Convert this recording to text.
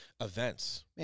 events